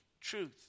truth